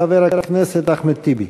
חבר הכנסת אחמד טיבי.